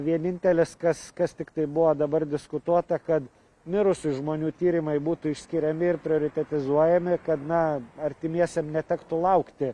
vienintelis kas kas tiktai buvo dabar diskutuota kad mirusių žmonių tyrimai būtų išskiriami ir prioritetizuojami kad na artimiesiem netektų laukti